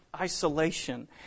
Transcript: isolation